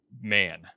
man